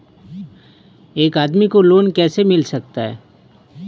एक आदमी को लोन कैसे मिल सकता है?